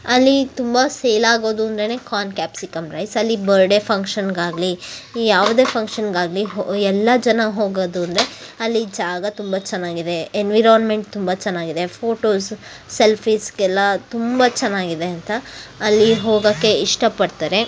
ಅಲ್ಲಿ ತುಂಬ ಸೇಲಾಗೋದು ಅಂದ್ರೆ ಕಾರ್ನ್ ಕ್ಯಾಪ್ಸಿಕಮ್ ರೈಸ್ ಅಲ್ಲಿ ಬರ್ಡೇ ಫಂಕ್ಷನ್ಗಾಗಲಿ ಈ ಯಾವ್ದೇ ಫಂಕ್ಷನ್ಗಾಗಲಿ ಹೊ ಎಲ್ಲ ಜನ ಹೋಗೋದು ಅಂದರೆ ಅಲ್ಲಿ ಜಾಗ ತುಂಬ ಚೆನ್ನಾಗಿದೆ ಎನ್ವಿರೋನ್ಮೆಂಟ್ ತುಂಬ ಚೆನ್ನಾಗಿದೆ ಫೋಟೋಸು ಸೆಲ್ಫೀಸ್ಗೆಲ್ಲ ತುಂಬ ಚೆನ್ನಾಗಿದೆ ಅಂತ ಅಲ್ಲಿಗೆ ಹೋಗೋಕ್ಕೆ ಇಷ್ಟಪಡ್ತಾರೆ